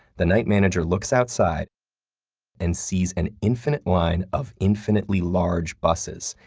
the night manager looks outside and sees an infinite line of infinitely large buses,